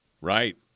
Right